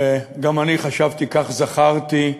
גם אני חשבתי, כך זכרתי,